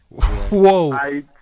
Whoa